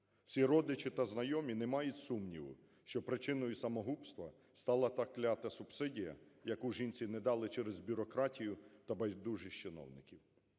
Всі родичі та знайомі не мають сумніву, що причиною самогубства стала та клята субсидія, яку жінці не дали через бюрократію та байдужість чиновників.